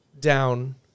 down